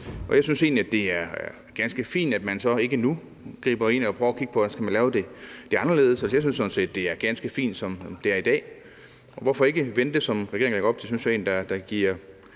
jeg synes egentlig, det er ganske fint, at man så ikke nu griber ind og prøver at kigge på, hvordan man skal gøre det anderledes. Jeg synes sådan set, det er ganske fint, som det er i dag, så hvorfor ikke vente, som regeringen lægger op til? Det synes jeg egentlig giver